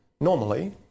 normally